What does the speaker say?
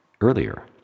earlier